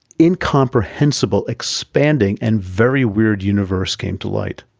incomprehensible, expanding, and very weird universe came to light.